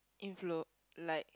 influ~ like